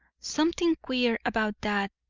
something queer about that,